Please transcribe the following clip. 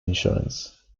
insurance